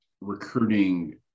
recruiting